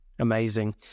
Amazing